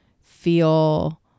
feel